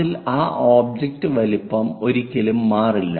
അതിൽ ഈ ഒബ്ജക്റ്റ് വലുപ്പം ഒരിക്കലും മാറില്ല